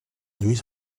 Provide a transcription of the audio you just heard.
lluís